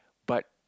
but